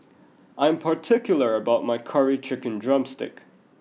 I am particular about my Curry Chicken Drumstick